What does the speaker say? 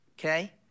okay